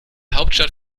hauptstadt